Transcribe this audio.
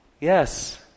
yes